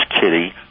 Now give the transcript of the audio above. Kitty